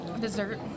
dessert